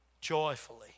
joyfully